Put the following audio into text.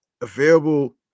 available